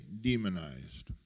demonized